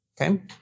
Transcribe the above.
Okay